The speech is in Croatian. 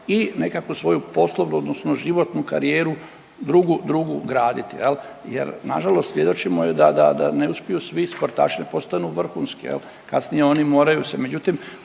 i nekakvu svoju poslovnu odnosno životnu karijeru drugu graditi. Jer nažalost svjedočimo da ne uspiju svi sportaši da postanu vrhunski, je li, kasnije oni moraju se,